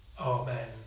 Amen